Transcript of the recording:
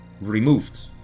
removed